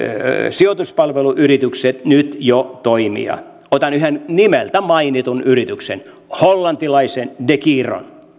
sijoituspalveluyritykset nyt jo toimia otan yhden nimeltä mainitun yrityksen hollantilaisen degiron